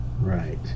Right